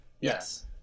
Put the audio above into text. Yes